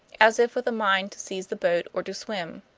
as if with a mind to seize the boat or to swim.